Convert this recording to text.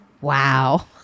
wow